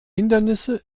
hindernisse